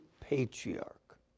patriarch